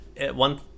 one